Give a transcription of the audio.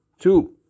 two